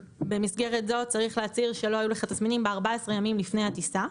במסגרת זאת צריך להצהיר שלא היו לך תסמינים ב-14 ימים לפני הטיסה.